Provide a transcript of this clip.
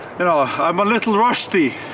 and ah i'm a little rusty.